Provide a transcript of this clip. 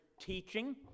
teaching